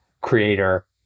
creator